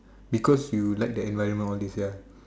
because you like the environment all this ya